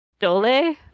Dole